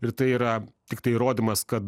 ir tai yra tiktai įrodymas kad